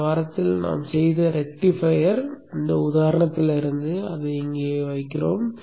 கடந்த வாரத்தில் நாம்செய்த ரெக்டிஃபையர் உதாரணத்திலிருந்து அதை இங்கே வைத்தோம்